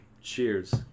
cheers